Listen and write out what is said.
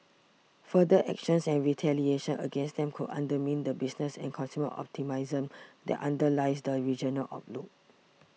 further actions and retaliation against them could undermine the business and consumer optimism that underlies the regional outlook